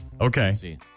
okay